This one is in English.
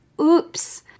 oops